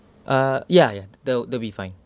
uh ya ya the that'll be fine